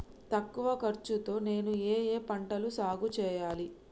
తక్కువ ఖర్చు తో నేను ఏ ఏ పంటలు సాగుచేయాలి?